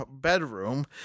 bedroom